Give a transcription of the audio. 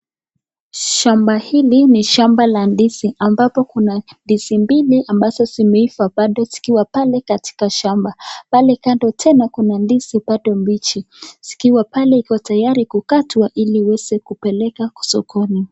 Shamba hili ni shamba la ndizi ambapo kuna ndizi mbili ambazo zimeiva bado zikiwa pale katika shamba. Pale Kando tena kuna ndizi bado mbichi zikiwa pale iko tayari kukatwa ili iweze kupelekwa sokoni.